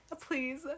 please